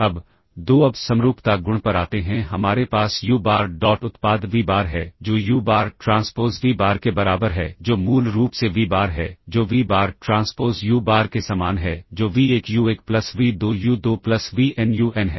अब दो अब समरूपता गुण पर आते हैं हमारे पास यू बार डॉट उत्पाद वी बार है जो U bar transpose V bar के बराबर है जो मूल रूप से वी बार है जो V bar transpose U bar के समान है जो V 1 U 1 plus V 2 U 2 plus V N U N है